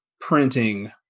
printing